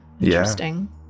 Interesting